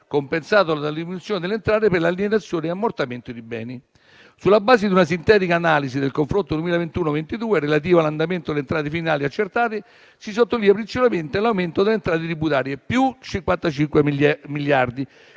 compensato dalla diminuzione delle entrate per l'alienazione e l'ammortamento di beni. Sulla base di una sintetica analisi del confronto 2021-2022, relativa all'andamento delle entrate finali accertate, si sottolinea principalmente l'aumento delle entrate tributarie (+55 miliardi),